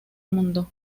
mundo